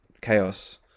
chaos